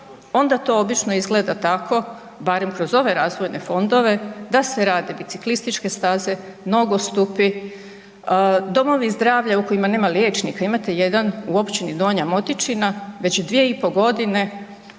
onda to obično izgleda tako, barem kroz ove razvojne fondove, da se rade biciklističke staze, nogostupi, domovi zdravlja u kojima nema liječnika, imate jedan u općini Donja Motičina već 2,5.g.